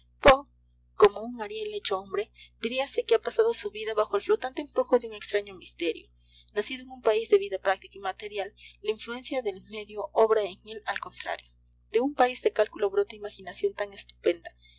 como un ariel hecho hombre diríase que ha pasado su vida bajo el flotante influjo de un extraño misterio nacido en un país de vida práctica y material la influencia del medio obra en él al contrario de un país de cálculo brota imaginación tan estupenda